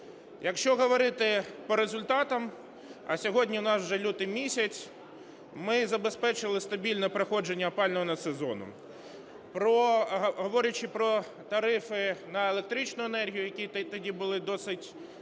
Якщо говорити по результатам, а сьогодні у нас вже лютий місяць, ми забезпечили стабільне проходження опалювального сезону. Говорячи про тарифи на електричну енергію, які тоді були досить